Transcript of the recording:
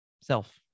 self